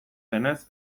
denetz